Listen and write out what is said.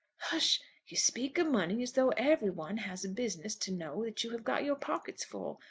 h'sh you speak of money as though every one has a business to know that you have got your pockets full.